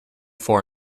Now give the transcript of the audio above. four